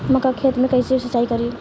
मका के खेत मे कैसे सिचाई करी?